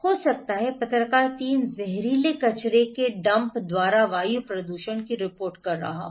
हो सकता है पत्रकार 3 जहरीले कचरे के डंप द्वारा वायु प्रदूषण की रिपोर्ट कर रहा हो